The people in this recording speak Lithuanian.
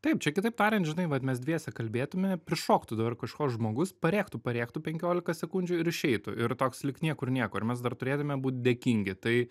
taip čia kitaip tariant žinai vat mes dviese kalbėtume prišoktų dabar kažkoks žmogus parėktų penkiolika sekundžių ir išeitų ir toks lyg niekur nieko ir mes dar turėtume būti dėkingi tai